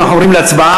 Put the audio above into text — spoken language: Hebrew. סגן השר,